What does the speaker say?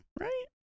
right